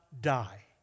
die